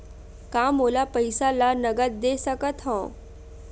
का मोला पईसा ला नगद दे सकत हव?